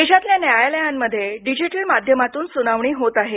देशातल्या न्यायालयांमध्ये डिजिटल माध्यमातून सुनावणी होत आहे